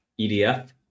EDF